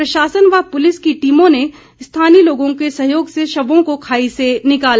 प्रशासन व पुलिस की टीमों ने स्थानीय लोगों के सहयोग से शवों को खाई से निकाला